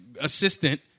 assistant